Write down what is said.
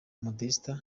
modeste